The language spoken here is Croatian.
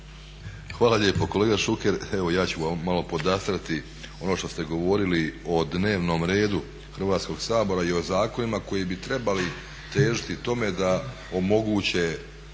Hvala lijepo. Kolega Šuker, evo ja ću malo podastrati ono što ste govorili o dnevnom redu Hrvatskog sabora i o zakonima koji bi trebali težiti tome da omoguće